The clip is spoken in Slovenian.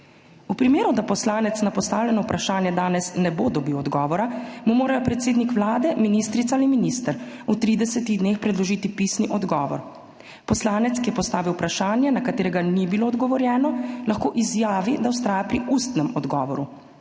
V primeru, da poslanec na postavljeno vprašanje danes ne bo dobil odgovora, mu mora predsednik Vlade, ministrica ali minister v tridesetih dneh predložiti pisni odgovor. Poslanec, ki je postavil vprašanje, na katerega ni bilo odgovorjeno, lahko izjavi, da vztraja pri ustnem odgovoru;